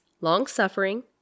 long-suffering